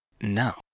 no